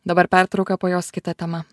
dabar pertrauka po jos kita tema